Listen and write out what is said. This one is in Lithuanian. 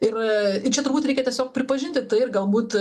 ir ir čia turbūt reikia tiesiog pripažinti tai ir galbūt